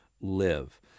live